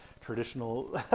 traditional